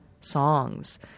songs